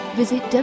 visit